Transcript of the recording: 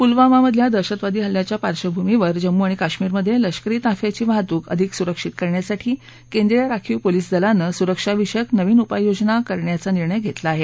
पुलवामामधल्या दहशतवादी हल्ल्याच्या पार्श्वभूमीवर जम्मू आणि काश्मीरमध्ये लष्करी ताफ्याची वाहतूक अधिक सुरक्षित करण्यासाठी केंद्रीय राखीव पोलीस दलानं सुरक्षाविषयक नवीन उपाययोजना करण्याचा निर्णय घेतला आहे